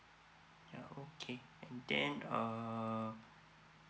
yeah okay and then um